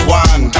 one